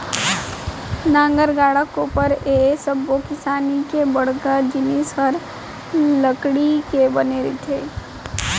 नांगर, गाड़ा, कोपर ए सब्बो किसानी के बड़का जिनिस हर लकड़ी के बने रथे